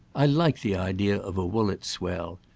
i like the idea of a woollett swell.